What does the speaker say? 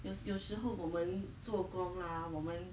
有有时候我们做工 lah 我们